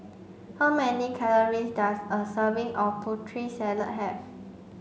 how many calories does a serving of Putri Salad have